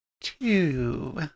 Two